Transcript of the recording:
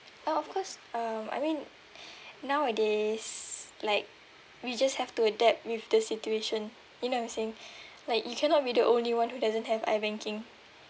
oh of course um I mean nowadays like we just have to adapt with the situation you know what I'm saying like you cannot be the only one who doesn't have iBanking